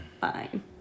fine